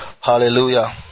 Hallelujah